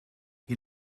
you